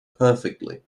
perfectly